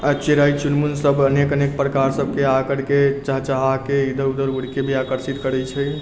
आओर चिड़ै चुनमुन सब अनेक अनेक प्रकार सबके आ करके चहचहाके इधर उधर उड़के भी आकर्षित करै छै